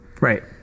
Right